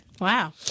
Wow